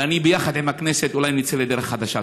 ואני, ביחד עם הכנסת, אולי נצא לדרך חדשה.